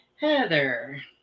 Heather